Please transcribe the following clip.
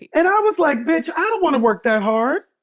and i was like, bitch. i don't want to work that hard.